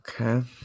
Okay